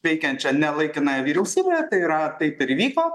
veikiančią laikinąją vyriausybę tai yra taip ir įvyko